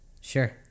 Sure